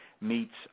Meets